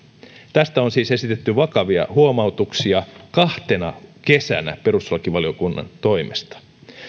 tästä on siis esitetty vakavia huomautuksia kahtena kesänä perustuslakivaliokunnan toimesta